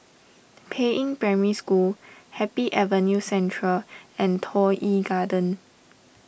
Peiying Primary School Happy Avenue Central and Toh Yi Garden